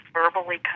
verbally